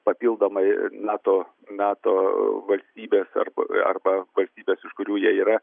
papildomai nato nato valstybės arba arba valstybės iš kurių jie yra